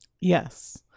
Yes